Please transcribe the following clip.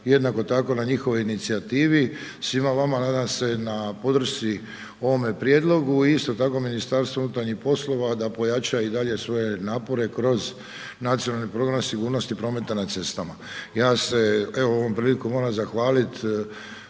jednako tako na njihovoj inicijativi, svima vama nadam se na podršci ovome prijedlogu isto tako MUP-u da pojača dalje i svoje napore kroz Nacionalni program sigurnosti prometa na cestama. Ja se evo ovom prilikom moram zahvalit